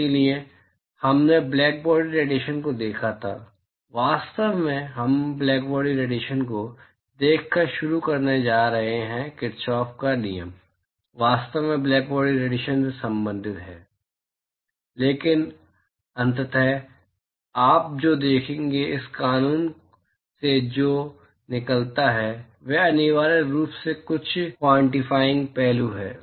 इसलिए हमने blackbody radiation को देखा था वास्तव में हम ब्लैकबॉडी रेडिएशन को देखकर शुरू करने जा रहे हैं किरचॉफ का नियम वास्तव में ब्लैकबॉडी रेडिएशन से संबंधित है लेकिन अंततः आप जो देखेंगे इस कानून से जो निकलता है वह अनिवार्य रूप से कुछ क्वॉंटिफाइंग पहलू है